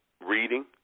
reading